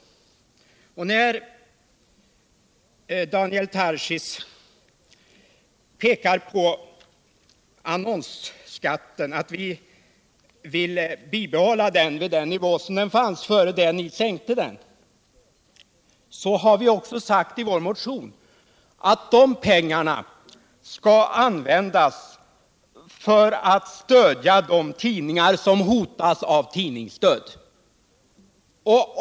Daniel Tarschys pekar på att vi vill bibehålla annonsskatten vid den nivå den låg på innan ni sänkte den. Men vi har också sagt i vår motion att de pengarna skall användas för att stödja de tidningar som hotas av tidningsdöd.